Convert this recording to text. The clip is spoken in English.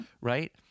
Right